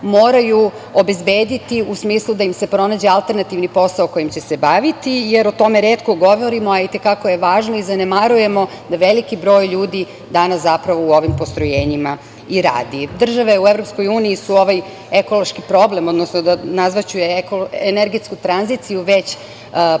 moraju obezbediti u smislu da im se pronađe alternativni posao kojim će se baviti, jer o tome retko govorimo, a itekako je važno, i zanemarujemo da veliki broj ljudi danas zapravo u ovim postrojenjima i radi. Države u EU su ovaj ekološki problem, odnosno nazvaću je ekonomskom tranzicijom, već prošli